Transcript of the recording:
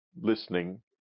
listening